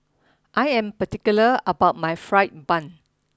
I am particular about my Fried Bun